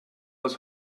aus